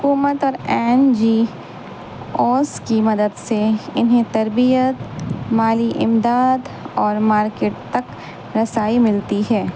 حکومت اور N G Os کی مدد سے انہیں تربیت مالی امداد اور مارکیٹ تک رسائی ملتی ہے